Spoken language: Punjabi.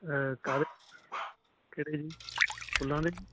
ਕਾਹਦੇ ਕਿਹੜੇ ਜੀ ਫੁੱਲਾਂ ਦੇ ਜੀ